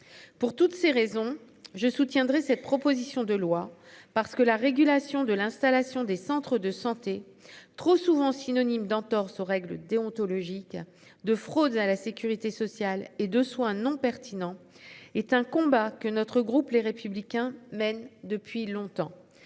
Pour toutes ces raisons je soutiendrai cette proposition de loi parce que la régulation de l'installation des centres de santé trop souvent synonyme d'entorses aux règles déontologiques de fraude à la sécurité sociale et de soins non pertinent est un combat, que notre groupe les républicains mènent depuis longtemps,